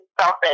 selfish